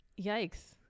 yikes